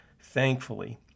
Thankfully